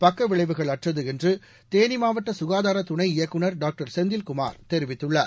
பக்க விளைவுகள் அற்றது என்று தேனி மாவட்ட சுகாதார துணை இயக்குநர் டாக்டர் செந்தில்குமார் தெரிவித்துள்ளார்